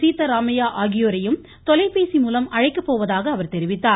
சீதாராமையா ஆகியோரையும் தொலைபேசி மூலம் அழைக்க போவதாக அவர் தெரிவித்தார்